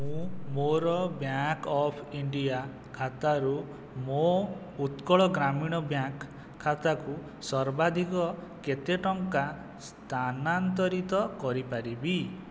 ମୁଁ ମୋର bank of India ଖାତାରୁ ମୋ ଉତ୍କଳ ଗ୍ରାମୀଣ ବ୍ୟାଙ୍କ୍ ଖାତାକୁ ସର୍ବାଧିକ କେତେ ଟଙ୍କା ସ୍ଥାନାନ୍ତରିତ କରିପାରିବି